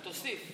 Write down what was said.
אבל תוסיף.